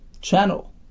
channel